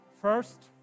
First